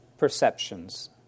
Perceptions